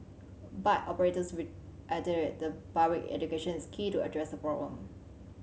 bike operators reiterated that public education is key to address the problem